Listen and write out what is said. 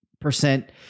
percent